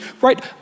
right